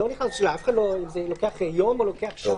אם זה לוקח יום או לוקח שעה.